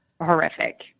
horrific